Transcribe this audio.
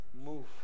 move